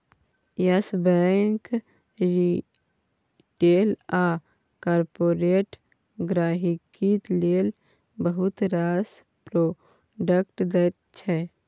yes Bank retail आ corporate गांहिकी लेल बहुत रास प्रोडक्ट दैत छै